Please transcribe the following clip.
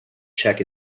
check